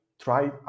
try